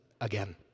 again